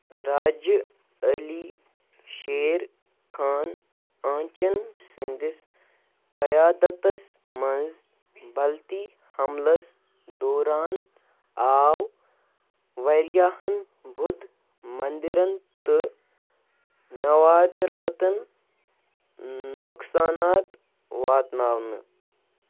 راجہٕ علی شیر خان آنٛچَن سٕنٛدِس قیادَتَس منٛز بَلتی حَملَس دوران آو واریاہَن بُدھ منٛدِرَن تہٕ نَوادراتَن نۄقصانات واتناونہٕ